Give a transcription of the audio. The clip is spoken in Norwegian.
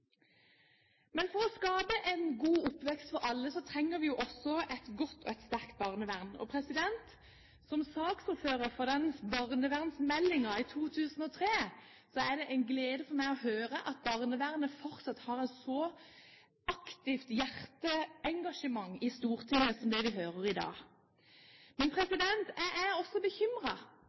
Men for å skape en god oppvekst for alle trenger vi også et godt og sterkt barnevern. Som saksordfører for barnevernsmeldingen i 2003 er det en glede for meg å høre at barnevernet fortsatt utløser et så aktivt hjerte-engasjement i Stortinget som det vi hører i dag. Men jeg er også